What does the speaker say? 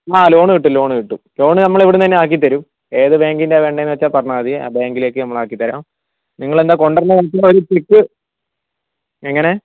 ആ ലോണ് കിട്ടും ലോണ് കിട്ടും ലോണ് നമ്മൾ ഇവിടെ നിന്ന് തന്നെ ആക്കിത്തരും ഏതു ബാങ്കിൻ്റെയാണ് വേണ്ടതെന്നു വച്ചാൽ പറഞ്ഞാൽ മതി ആ ബാങ്കിലേക്ക് നമ്മൾ ആക്കിത്തരാം നിങ്ങളെന്താ കൊണ്ടുവരുന്ന ദിവസം ഒരു സ്ലിപ് എങ്ങനെ